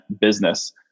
business